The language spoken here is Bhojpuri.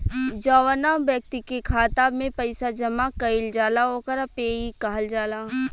जौवना ब्यक्ति के खाता में पईसा जमा कईल जाला ओकरा पेयी कहल जाला